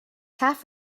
half